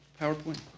PowerPoint